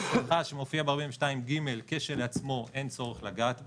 -- שמופיע ב-42ג, כשלעצמו אין צורך לגעת בו,